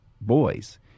boys